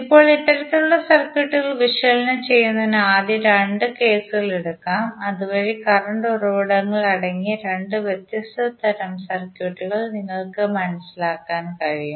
ഇപ്പോൾ ഇത്തരത്തിലുള്ള സർക്യൂട്ടുകൾ വിശകലനം ചെയ്യുന്നതിന് ആദ്യം രണ്ട് കേസുകൾ എടുക്കാം അതുവഴി കറന്റ് ഉറവിടങ്ങൾ അടങ്ങിയ രണ്ട് വ്യത്യസ്ത തരം സർക്യൂട്ടുകൾ നിങ്ങൾക്ക് മനസിലാക്കാൻ കഴിയും